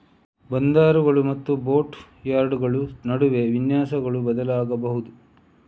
ಬಂದರುಗಳು ಮತ್ತು ಬೋಟ್ ಯಾರ್ಡುಗಳ ನಡುವೆ ವಿನ್ಯಾಸಗಳು ಬದಲಾಗಬಹುದು